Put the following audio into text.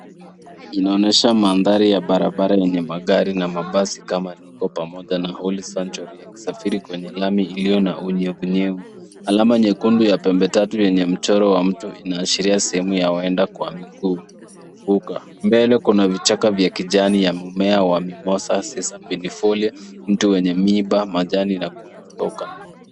Inaonyesha mandhari ya barabara yenye magari na mabasi kama Nico pamoja na holisan toriex yanayosafiri kwenye lami iliyo na unyevunyevu. Alama nyekundu ya pembe tatu yenye mchoro wa mtu inaashiria sehemu ya waenda kwa mguu, mvuka. Mbele kuna vichaka vya kijani ya mimea wa mimosa sisa penifolia , mtu mwenye miba, majani na kudondoka.